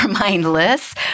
mindless